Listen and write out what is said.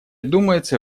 думается